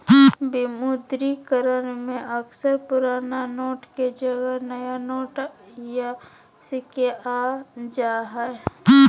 विमुद्रीकरण में अक्सर पुराना नोट के जगह नया नोट या सिक्के आ जा हइ